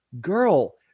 girl